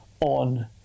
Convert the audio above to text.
on